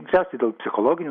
paprasčiausiai dėl psichologinių